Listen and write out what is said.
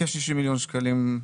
כ-60 מיליון שקלים.